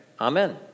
amen